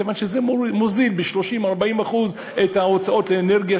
כיוון שזה מוזיל ב-30% 40% את ההוצאות על אנרגיה,